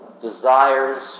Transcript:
desires